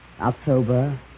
October